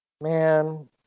Man